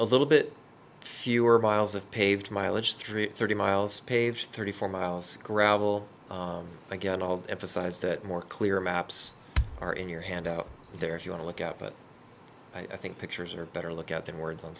a little bit fewer miles of paved mileage three thirty miles paved thirty four miles gravel again all emphasize that more clear maps are in your hand out there if you want to look out but i think pictures are better look out than words on